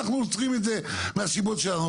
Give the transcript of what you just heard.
אנחנו עוצרים את זה מהסיבות שלנו.